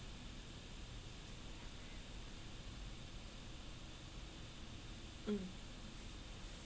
mm